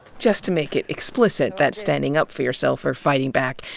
just to make it explicit that standing up for yourself, or fighting back,